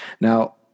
Now